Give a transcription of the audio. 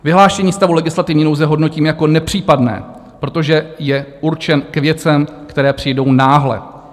Vyhlášení stavu legislativní nouze hodnotím jako nepřípadné, protože je určen k věcem, které přijdou náhle.